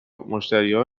مشتریها